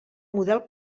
model